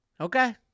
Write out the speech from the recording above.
Okay